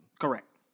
Correct